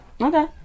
okay